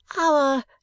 Our